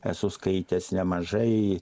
esu skaitęs nemažai